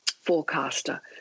forecaster